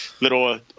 little